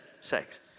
sex